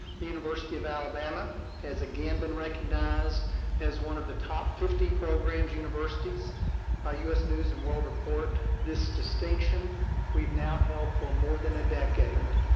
the university of alabama has again been recognized as one of the top fifty programs universities by us news and world report this distinction we've now held for more than a decade,